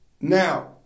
Now